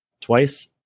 twice